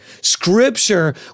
Scripture